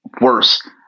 worse